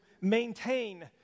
maintain